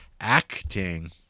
acting